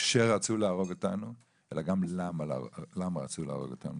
שרצו להרוג אותנו, אלא גם למה רצו להרוג אותנו.